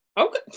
Okay